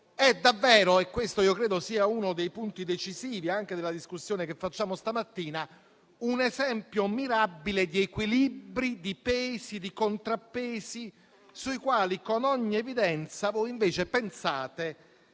è davvero - e credo che questo sia uno dei punti decisivi anche della discussione di stamattina - un esempio mirabile di equilibri, di pesi e di contrappesi sui quali, con ogni evidenza, voi invece pensate